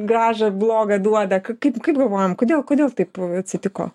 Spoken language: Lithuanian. grąžą blogą duoda kaip kaip galvojam kodėl kodėl taip atsitiko